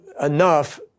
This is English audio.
enough